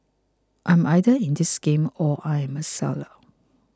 I'm either in this game or I'm a seller